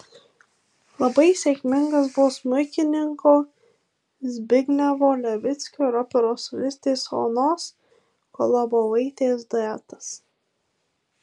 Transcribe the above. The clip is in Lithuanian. labai sėkmingas buvo smuikininko zbignevo levickio ir operos solistės onos kolobovaitės duetas